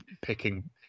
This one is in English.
picking